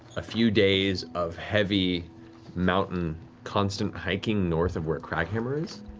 a few days of heavy mountain constant hiking north of where kraghammer is.